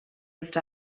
used